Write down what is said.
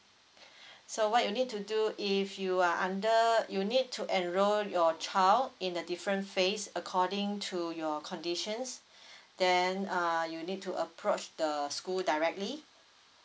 so what you need to do if you are under you need to enroll your child in a different phase according to your conditions then uh you need to approach the school directly